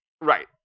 Right